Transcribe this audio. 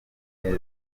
kandi